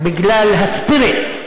בגלל הספיריט,